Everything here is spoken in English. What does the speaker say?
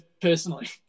personally